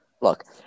Look